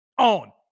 on